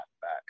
back